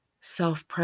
self